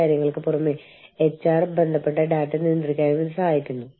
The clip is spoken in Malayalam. കൂടാതെ വാണിജ്യ നയതന്ത്രം നമ്മൾക്കുണ്ട്